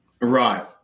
Right